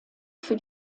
für